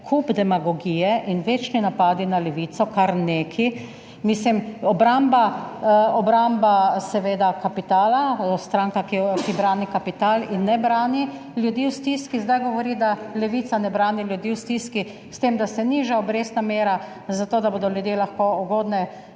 kup demagogije in večni napadi na Levico, kar nekaj. Mislim, obramba, seveda obramba kapitala. Stranka, ki brani kapital in ne brani ljudi v stiski, zdaj govori, da Levica ne brani ljudi v stiski s tem, da se niža obrestna mera zato, da bodo ljudje lahko ugodne